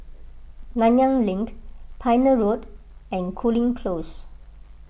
Nanyang Link Pioneer Road and Cooling Close